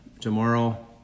tomorrow